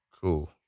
Cool